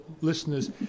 listeners